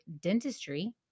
dentistry